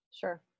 sure